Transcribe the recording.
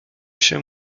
się